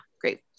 great